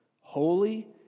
holy